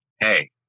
Hey